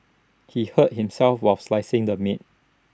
he hurt himself while slicing the meat